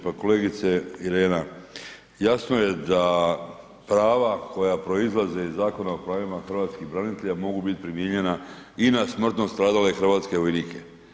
Pa kolegice Irena, jasno je da prava koja proizlaze iz Zakona o pravima hrvatskih branitelja mogu bit primijenjena i na smrtno stradale hrvatske vojnike.